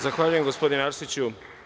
Zahvaljujem, gospodine Arsiću.